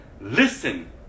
Listen